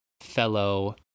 fellow